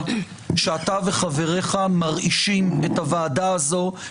שאתה וחבריך מרעישים את הוועדה הזאת,